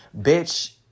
bitch